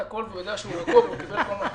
הכול והוא יודע שהוא רגוע וקיבל את כל מה שצריך?